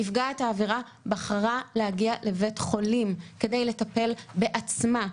נפגעת העבירה בחרה להגיע לבית חולים כדי לטפל בעצמה.